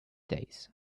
days